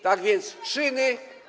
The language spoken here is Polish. Tak więc czyny.